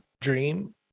dream